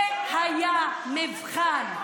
זה היה מבחן.